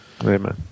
Amen